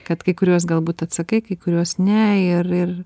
kad kai kuriuos galbūt atsakai kai kuriuos ne ir ir